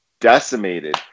decimated